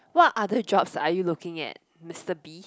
what other jobs are you looking at Mister B